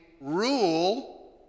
rule